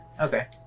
Okay